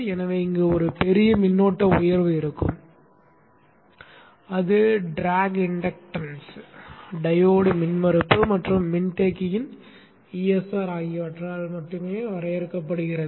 எனவே இங்கு ஒரு பெரிய மின்னோட்ட உயர்வு இருக்கும் அது டிராக் இண்டக்டன்ஸ் டையோடு மின்மறுப்பு மற்றும் மின்தேக்கத்தின் ESR ஆகியவற்றால் மட்டுமே வரையறுக்கப்படுகிறது